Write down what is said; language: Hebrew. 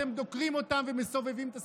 אתם דוקרים אותם ומסובבים את הסכין.